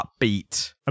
upbeat